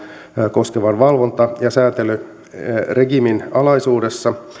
koskevan valvonta ja säätelyregiimin alaisuudessa